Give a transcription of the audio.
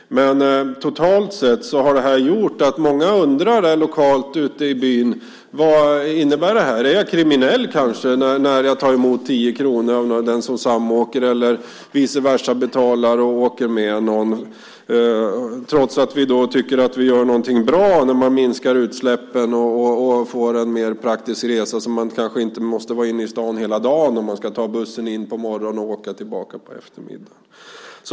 Men totalt sett har det här gjort att många ute i byn undrar: Vad innebär det här? Är jag kanske kriminell när jag tar emot tio kronor av den som samåker med mig eller, vice versa, när jag betalar och åker med någon annan? Vi tycker ju att vi gör någonting bra när vi minskar utsläppen och det blir en mer praktisk resa som gör att man kanske inte måste vara inne i stan hela dagen som man måste om man ska ta bussen in på morgonen och åka tillbaka på eftermiddagen.